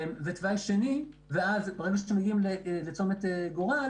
ואז ברגע שמגיעים לצומת גורל